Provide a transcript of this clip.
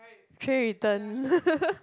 tray return